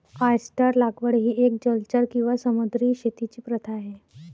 oyster लागवड ही एक जलचर किंवा समुद्री शेतीची प्रथा आहे